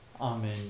Amen